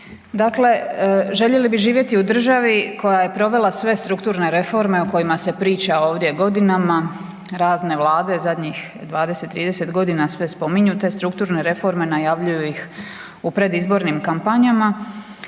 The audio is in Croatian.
Dakle, željeli bi živjeti u državi koja je provela sve strukturne reforme o kojima se priča ovdje godinama, razne vlade zadnjih 20-30.g. sve spominju te strukturne reforme, najavljuju ih u predizbornim kampanjama.